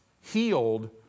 healed